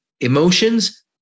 emotions